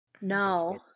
No